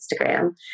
Instagram